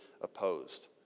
opposed